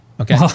Okay